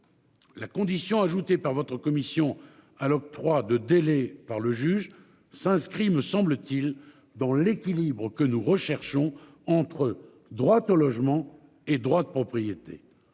La condition ajouté par votre commission à l'octroi de délais par le juge s'inscrit, me semble-t-il dans l'équilibre que nous recherchons entre droit au logement et droits de propriété.